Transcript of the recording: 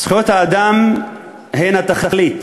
"זכויות האדם הן התכלית.